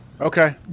Okay